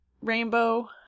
rainbow